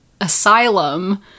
asylum